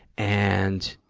and,